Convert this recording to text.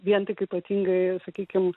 vien tik ypatingai sakykim